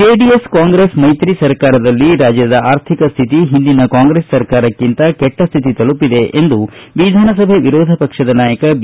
JDS Congress ಮೈತ್ರಿ ಸರ್ಕಾರದಲ್ಲಿ ರಾಜ್ಯದ ಆರ್ಥಿಕ ಸ್ಥಿತಿ ಹಿಂದಿನ ಕಾಂಗ್ರೆಸ್ ಸರ್ಕಾರಕ್ಕಿಂತ ಕೆಟ್ಟ ಸ್ಥಿತಿ ತಲುಪಿದೆ ಎಂದು ವಿಧಾನಸಭೆ ವಿರೋಧ ಪಕ್ಷದ ನಾಯಕ ಬಿ